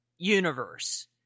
universe